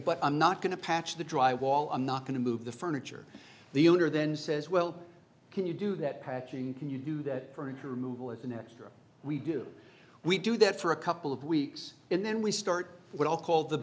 but i'm not going to patch the dry wall i'm not going to move the furniture the owner then says well can you do that patching can you do that for her removal it's an extra we do we do that for a couple of weeks and then we start what i'll call the